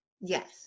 Yes